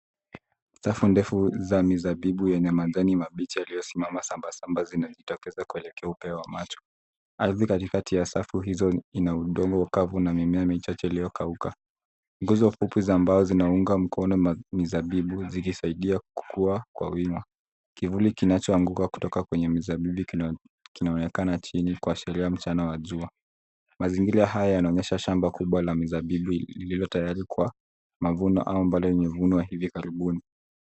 Safu ndefu ya mizabibu ya majani mabichi yaliyosimama sambasamba zinajitokeza kuelekea upeo wa macho. Ardhi katikati ya safu hizo ina udongo kavu na mimea michache iliyokauka. Nguzo fupi za mbao zinaunga mkono mizabibu, zikisaidia kuwa kwa wima. Kivuli kinachoanguka kutoka kwenye mizabibu kinaonekana chini kuashiria mchana wa jua. Mazingira haya yanaonyesha shamba kubwa la mizabibu lilivyo tayari kwa mavuno au ambalo imevunwa hivi karibuni.